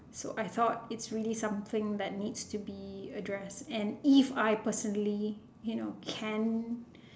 so I thought it's really something that needs to be addressed and if I personally you know can